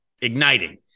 igniting